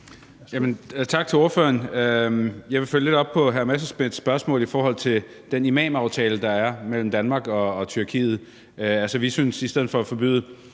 Tak til ordføreren. Jeg vil følge lidt op på hr. Morten Messerschmidts spørgsmål i forhold til den imamaftale, der er mellem Danmark og Tyrkiet. Altså, i stedet for at forbyde